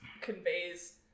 conveys